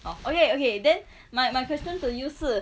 orh okay okay then my my question to you 是